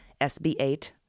SB-8